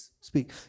speak